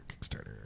Kickstarter